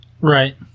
Right